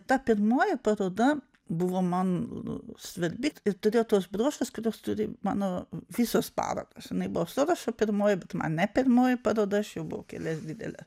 ta pirmoji paroda buvo man svarbi ir turėjo tuos bruožus kuriuos turi mano visos parodos jinai buvo sorošo pirmoji bet man ne pirmoji paroda aš jau buvau kelias dideles